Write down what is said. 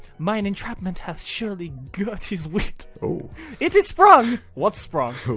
mine entrapment hath surely his wit! it is sprung! what sprung?